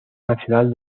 nacional